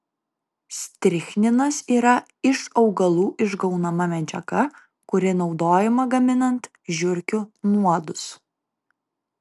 strichninas yra iš augalų išgaunama medžiaga kuri naudojama gaminant žiurkių nuodus